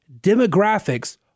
demographics